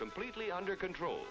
completely under control